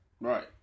Right